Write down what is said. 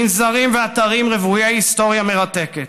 מנזרים ואתרים רוויי היסטוריה מרתקת